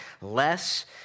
less